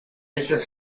letras